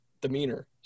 demeanor